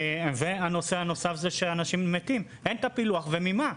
הנושא הנוסף זה שאנשים מתים אין את הפילוח וממה.